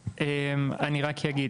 אני רק אגיד.